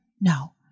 No